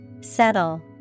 Settle